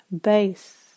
base